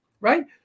right